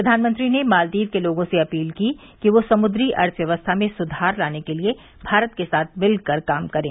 प्रधानमंत्री ने मालदीव के लोगों से अपील की कि वे समुद्री अर्थव्यवस्था में सुधार लाने के लिए भारत के साथ मिलकर काम करें